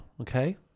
okay